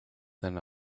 than